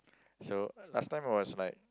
so last time I was like